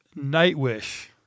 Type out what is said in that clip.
Nightwish